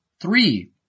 Three